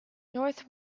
north